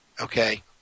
Okay